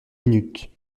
minutes